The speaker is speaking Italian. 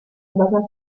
basata